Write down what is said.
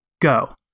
Go